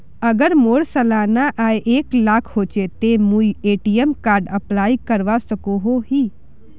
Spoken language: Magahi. अगर मोर सालाना आय एक लाख होचे ते मुई ए.टी.एम कार्ड अप्लाई करवा सकोहो ही?